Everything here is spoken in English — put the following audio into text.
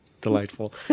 Delightful